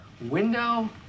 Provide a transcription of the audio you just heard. window